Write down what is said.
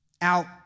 out